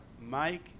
Mike